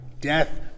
death